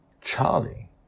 Charlie